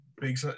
big